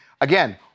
Again